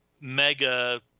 mega